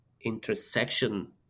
intersection